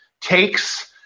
takes